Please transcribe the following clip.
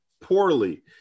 poorly